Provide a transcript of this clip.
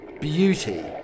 beauty